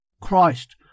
Christ